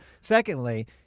Secondly